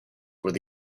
where